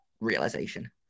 realization